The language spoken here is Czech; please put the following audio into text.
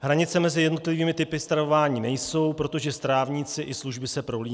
Hranice mezi jednotlivými typy stravování nejsou, protože strávníci i služby se prolínají.